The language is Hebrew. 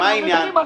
מה עניין?